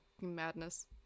Madness